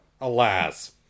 Alas